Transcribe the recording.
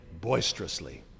boisterously